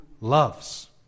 loves